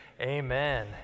Amen